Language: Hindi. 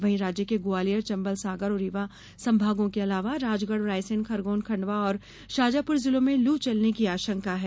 वहीं राज्य के ग्वालियर चंबल सागर और रीवा संभागों के अलावा राजगढ़ रायसेन खरगोन खंडवा और शाजापुर जिलों में लू चलने की आशंका है